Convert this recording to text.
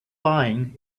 lying